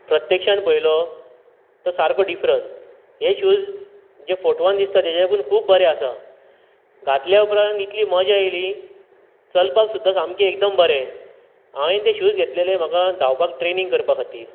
प्रत्यक्षान पळयलो तो सारको डिफरंट हे शूज जे फोटवान दिसता तेज्याकून खूब बरे आसात घातल्या उपरांत इतली मजा येयली चलपाक सुद्दां सामके एकदम बरे हांवेन ते शूज घेतलेले म्हाका धांवपाक ट्रेनींग करपा खातीर